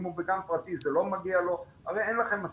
אם הוא בגן פרטי זה לא מגיע לו,